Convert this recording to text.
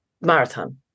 Marathon